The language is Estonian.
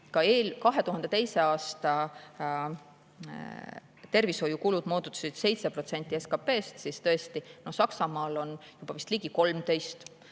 Kui [2022]. aasta tervishoiukulud moodustasid 7% SKP‑st, siis tõesti, Saksamaal on juba vist ligi 13%.